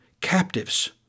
captives